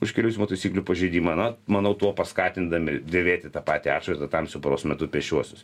už kelių eismo taisyklių pažeidimą na manau tuo paskatindami dėvėti tą patį atšvaitą tamsiu paros metu pėsčiuosius